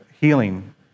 healing